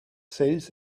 sails